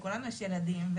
גם לנו יש ילדים,